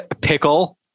Pickle